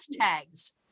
hashtags